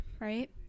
right